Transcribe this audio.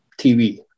TV